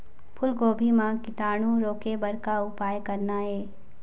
फूलगोभी म कीटाणु रोके बर का उपाय करना ये?